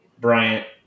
Bryant